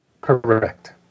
Correct